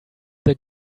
the